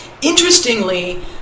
interestingly